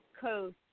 Coast